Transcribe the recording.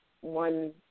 one